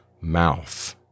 mouth